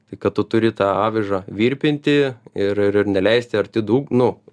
tai kad tu turi tą avižą virpinti ir ir neleisti arti dug nu